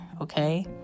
Okay